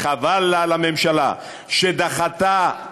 חבל לה לממשלה שדחתה,